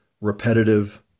repetitive